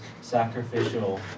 sacrificial